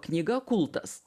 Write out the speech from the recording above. knyga kultas